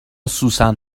سوسن